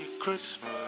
Christmas